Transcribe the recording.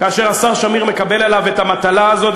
השר שמיר מקבל עליו את המטלה הזאת.